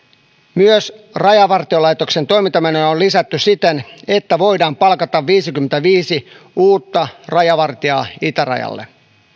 myös rajavartiolaitoksen toimintamenoja on lisätty siten että voidaan palkata viisikymmentäviisi uutta rajavartijaa itärajalle